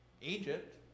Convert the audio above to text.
Egypt